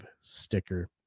sticker